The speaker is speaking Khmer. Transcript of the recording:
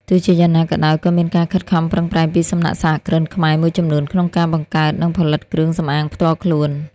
ទោះជាយ៉ាងណាក៏ដោយ ក៏មានការខិតខំប្រឹងប្រែងពីសំណាក់សហគ្រិនខ្មែរមួយចំនួនក្នុងការបង្កើត និងផលិតគ្រឿងសម្អាងផ្ទាល់ខ្លួន។